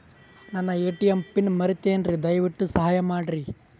ನನ್ನ ATM PIN ಮರೆತೇನ್ರೀ, ದಯವಿಟ್ಟು ಸಹಾಯ ಮಾಡ್ರಿ